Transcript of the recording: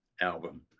album